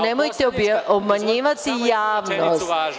Nemojte obmanjivati javnost.